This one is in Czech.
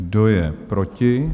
Kdo je proti?